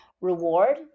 reward